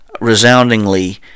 Resoundingly